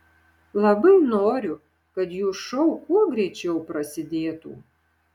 labai noriu kad jų šou kuo greičiau prasidėtų